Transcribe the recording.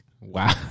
Wow